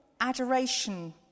adoration